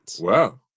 Wow